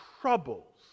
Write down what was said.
troubles